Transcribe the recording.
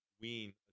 wean